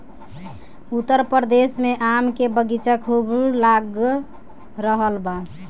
उत्तर प्रदेश में आम के बगीचा खूब लाग रहल बा